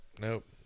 Nope